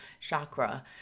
chakra